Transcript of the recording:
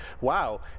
wow